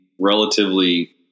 relatively